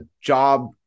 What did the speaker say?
job